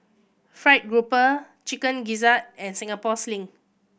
fried grouper Chicken Gizzard and Singapore Sling